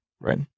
Right